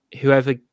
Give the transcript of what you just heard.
whoever